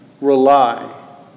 rely